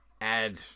add